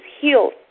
healed